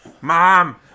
Mom